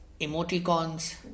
emoticons